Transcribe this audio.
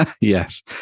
Yes